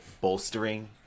bolstering